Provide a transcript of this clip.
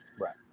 Right